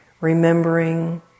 remembering